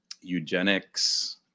Eugenics